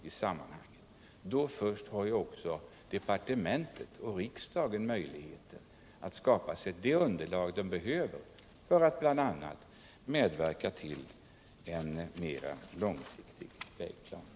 Först då har ju departementet och riksdagen möjligheter att skapa sig det underlag som behövs för att bl.a. medverka till en mera långsiktig vägplanering.